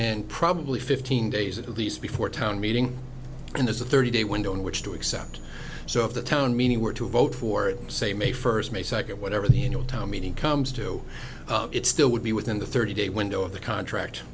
in probably fifteen days at least before a town meeting and there's a thirty day window in which to accept so if the town meeting were to vote for it say may first may second whatever the you know town meeting comes to it still would be within the thirty day window of the contract